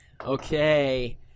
Okay